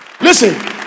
listen